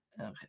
Okay